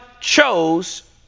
chose